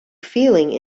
feeling